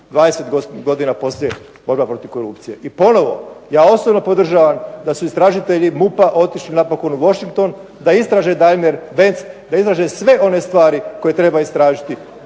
20 godina poslije borba protiv korupcije. I ponovno ja osobno podržavam da su istražitelji MUP-a otišli napokon u Washington da istraže Daimler da istraže sve one stvari koje treba istražiti